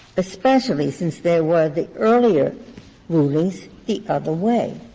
especially since there were the earlier rulings the other way.